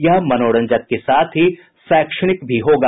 यह मनोरंजक के साथ ही शैक्षणिक भी होगा